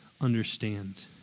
understand